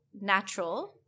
natural